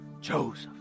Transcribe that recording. Joseph